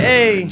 Hey